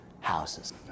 houses